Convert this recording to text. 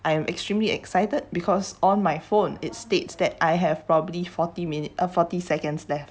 I am extremely excited because on my phone it states that I have probably forty minute forty seconds left